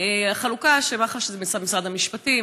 החלוקה היא שמח"ש זה במשרד המשפטים,